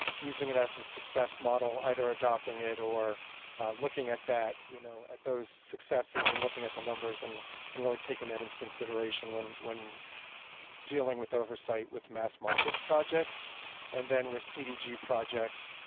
using it as a success model, either adopting it or looking at you know at those successes and looking at the numbers and and really taking that into consideration when when dealing with oversight with mass market projects and then with cdg projects,